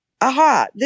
aha